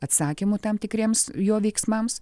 atsakymų tam tikriems jo veiksmams